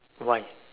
why